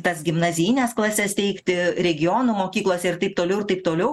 tas gimnazijines klases steigti regionų mokyklos ir taip toliau ir taip toliau